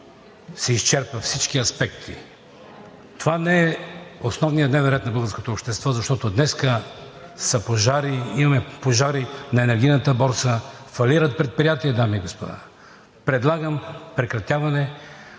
се изчерпа във всички аспекти. Това не е основният дневен ред на българското общество, защото днес имаме пожари на енергийната борса, фалират предприятия, дами и господа. Предлагам прекратяване